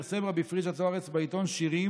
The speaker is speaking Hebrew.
פרסם רב פריג'א זוארץ בעיתון שירים